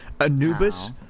anubis